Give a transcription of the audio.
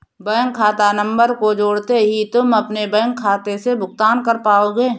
bank खाता नंबर को जोड़ते ही तुम अपने बैंक खाते से भुगतान कर पाओगे